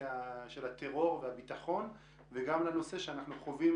הטרור והביטחון וגם לנושא שאנחנו חווים